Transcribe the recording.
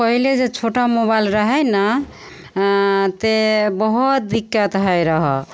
पहिले जे छोटा मोबाइल रहयने तें बहुत दिक्कत होइ रहय